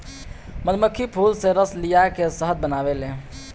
मधुमक्खी फूल से रस लिया के शहद बनावेले